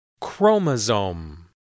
chromosome